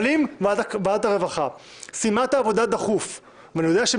אבל אם ועדת הרווחה סיימה את העבודה בדחיפות ואני יודע שהם